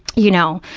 you know,